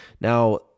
Now